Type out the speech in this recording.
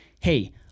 Hey